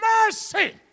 mercy